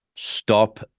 Stop